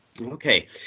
Okay